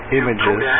images